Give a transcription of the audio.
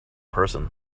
person